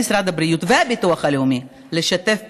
משרד הבריאות ועל הביטוח הלאומי לשתף פעולה,